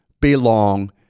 belong